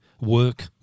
work